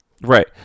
Right